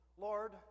Lord